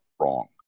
wrong